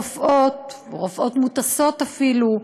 רופאות, רופאות מוטסות אפילו,